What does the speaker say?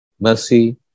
mercy